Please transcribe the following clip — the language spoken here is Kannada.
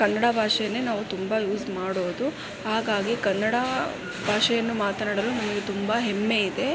ಕನ್ನಡ ಭಾಷೆಯೇ ನಾವು ತುಂಬ ಯೂಸ್ ಮಾಡೋದು ಹಾಗಾಗಿ ಕನ್ನಡ ಭಾಷೆಯನ್ನು ಮಾತನಾಡಲು ನನಗೆ ತುಂಬ ಹೆಮ್ಮೆ ಇದೆ